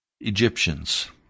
Egyptians